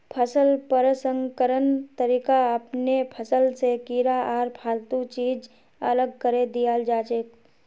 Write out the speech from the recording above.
फसल प्रसंस्करण तरीका अपनैं फसल स कीड़ा आर फालतू चीज अलग करें दियाल जाछेक